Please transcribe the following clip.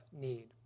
need